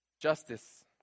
Justice